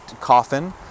coffin